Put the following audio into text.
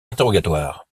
interrogatoires